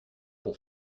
pour